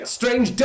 strange